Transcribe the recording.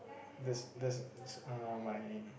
these these are my